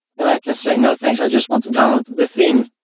and i can say no thanks i just want to download the theme.